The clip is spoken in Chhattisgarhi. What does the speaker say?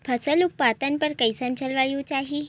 फसल उत्पादन बर कैसन जलवायु चाही?